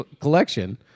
collection